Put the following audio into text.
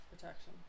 protection